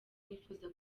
nifuza